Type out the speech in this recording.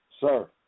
Sir